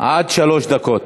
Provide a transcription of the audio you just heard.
עד שלוש דקות.